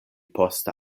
poste